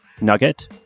Nugget